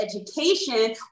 education